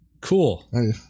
Cool